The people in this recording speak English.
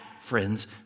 friends